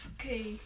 Okay